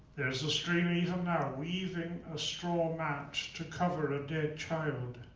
there's a stream even now weaving a straw mat to cover a dead child.